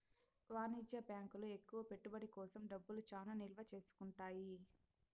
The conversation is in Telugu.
వాణిజ్య బ్యాంకులు ఎక్కువ పెట్టుబడి కోసం డబ్బులు చానా నిల్వ చేసుకుంటాయి